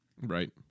right